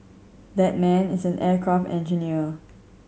that man is an aircraft engineer